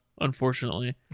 unfortunately